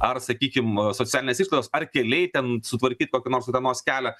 ar sakykim socialinės išlaidos ar keliai ten sutvarkyt kokį nors utenos kelią